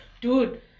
Dude